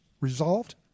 resolved